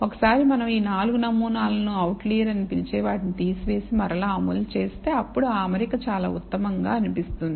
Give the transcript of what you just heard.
ఒకసారి మనం ఈ 4 నమూనాలు ను ఆవుట్లియర్ అని పిలిచే వాటిని తీసివేసి మరల అమలు చేస్తే అప్పుడు ఆ అమరిక చాలా ఉత్తమంగా అనిపిస్తుంది